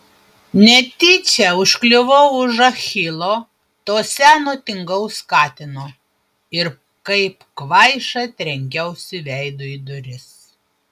netyčia užkliuvau už achilo to seno tingaus katino ir kaip kvaiša trenkiausi veidu į duris